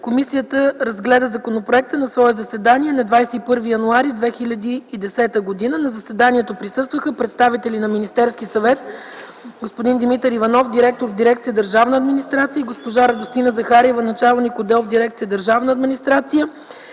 Комисията разгледа законопроекта на свое заседание на 21 януари 2010 г. На заседанието присъстваха представители на Министерския съвет: господин Димитър Иванов – директор в дирекция „Държавна администрация”, и госпожа Радостина Захариева – началник отдел в дирекция „Държавна администрация”,